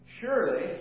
Surely